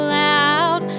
loud